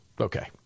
Okay